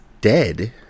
dead